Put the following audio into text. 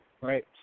right